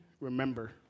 remember